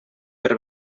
per